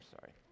sorry